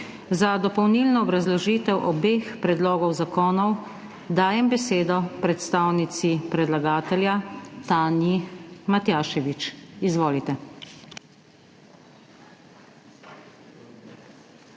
Za dopolnilno obrazložitev obeh predlogov zakonov dajem besedo predstavnici predlagatelja Tanji Matijašević. Izvolite.